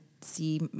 see